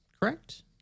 correct